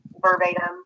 verbatim